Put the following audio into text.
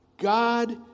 God